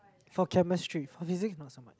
for Chemistry for Physics not so much